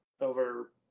over